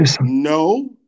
No